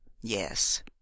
Yes